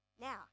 now